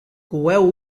coeu